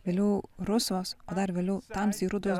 vėliau rusvos o dar vėliau tamsiai rudos